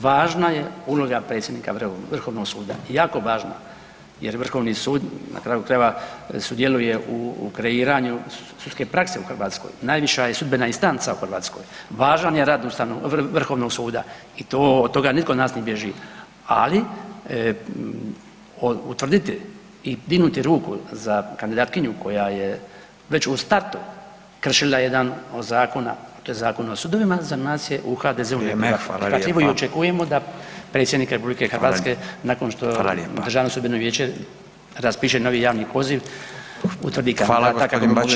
Važna je uloga predsjednika Vrhovnog suda, jako važna jer Vrhovni sud na kraju krajeva sudjeluje u kreiranju sudske prakse u Hrvatskoj, najviša je sudbena instanca u Hrvatskoj, važan je rad Vrhovnog suda i to, od toga nitko od nas ne bježi, ali utvrditi i dignuti ruku za kandidatkinju koja je već u startu kršila jedan zakona, a to je Zakon o sudovima za nas je u HDZ-u …/nerazumljivo/… i očekujemo [[Upadica: Vrijeme.]] da predsjednik RH nakon što Državno sudbeno vijeće raspiše novi javni poziv utvrdi kandidata kako bi mogli o njemu odlučivati.